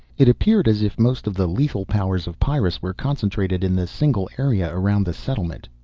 it appeared as if most of the lethal powers of pyrrus were concentrated in the single area around the settlement.